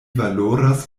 valoras